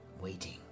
waiting